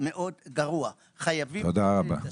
תודה רבה.